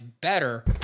better